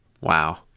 Wow